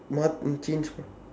to change